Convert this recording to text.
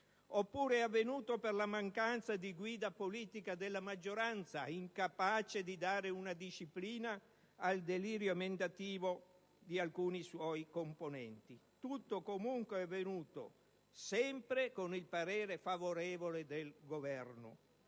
oppure è avvenuto per la mancanza di guida politica della maggioranza, incapace di dare una disciplina al delirio emendativo di alcuni suoi componenti. Tutto, comunque, è avvenuto sempre con il parere favorevole del Governo.